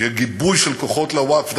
שיהיה גיבוי של כוחות לווקף,